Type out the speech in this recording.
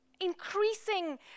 increasing